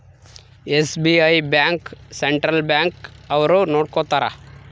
SBI bank central bank ಅವ್ರು ನೊಡ್ಕೋತರ